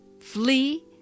flee